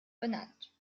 benannt